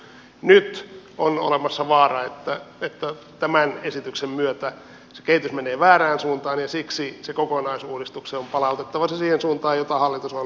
nyt on olemassa vaara että tämän esityksen myötä se kehitys menee väärään suuntaan ja siksi sen kokonaisuudistuksen on palautettava se siihen suuntaan mitä hallitusohjelmassa on tarkoitettu